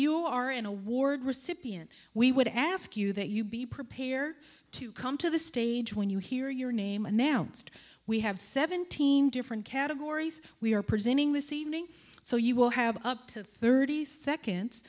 you are an award recipient we would ask you that you be prepare to come to the stage when you hear your name announced we have seventeen different categories we are presenting this evening so you will have up to thirty seconds